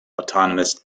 autonomous